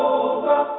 over